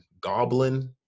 Goblin